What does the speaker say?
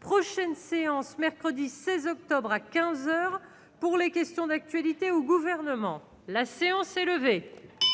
prochaine séance, mercredi 16 octobre à 15 heures pour les questions d'actualité au gouvernement, la séance est levée.